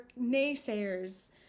naysayers